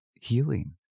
healing